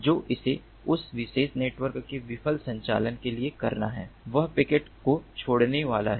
जो इसे उस विशेष नेटवर्क के सफल संचालन के लिए करना है वह पैकेट को छोड़ने वाला है